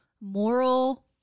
moral